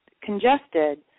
congested